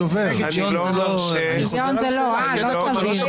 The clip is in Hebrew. אני לא מרשה --- כמה זמן עומד לרשות כל דובר?